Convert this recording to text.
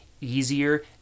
easier